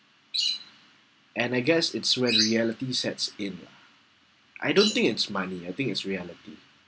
and I guess it's when reality sets in I don't think it's money I think it's reality